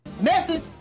message